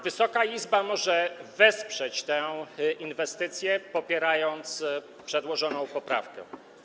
Wysoka Izba może wesprzeć tę inwestycję, popierając przedłożoną poprawkę.